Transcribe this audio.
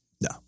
No